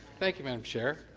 thank you, madame chair.